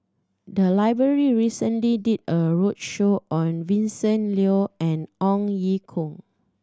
the library recently did a roadshow on Vincent Leow and Ong Ye Kung